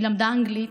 היא למדה אנגלית.